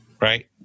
Right